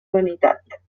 vanitat